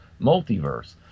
multiverse